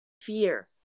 fear